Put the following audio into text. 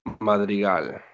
Madrigal